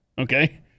Okay